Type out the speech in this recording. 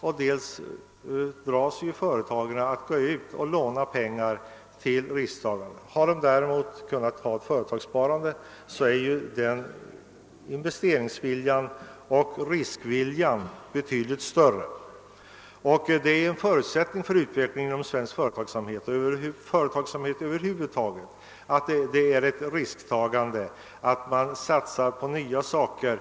Dessutom drar sig företagen för att låna pengar till risktagande. Har de däremot ett eget företagssparande, blir investeringsviljan och riskviljan betydligt större. En förutsättning för utvecklingen av all företagsamhet är just detta risktagande, att man satsar på nya saker.